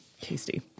tasty